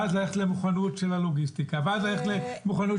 ואז ללכת למוכנות של הלוגיסטיקה ואז ללכת למוכנות,